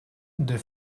the